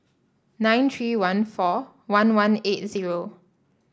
nine three one four one one eight zero